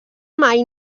mai